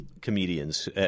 comedians